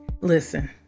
listen